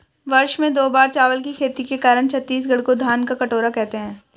वर्ष में दो बार चावल की खेती के कारण छत्तीसगढ़ को धान का कटोरा कहते हैं